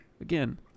Again